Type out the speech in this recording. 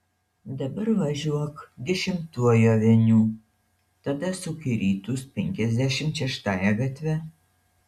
dabar važiuok dešimtuoju aveniu tada suk į rytus penkiasdešimt šeštąja gatve